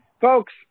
Folks